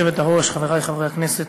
גברתי היושבת-ראש, חברי חברי הכנסת,